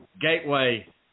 gateway